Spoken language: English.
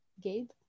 gabe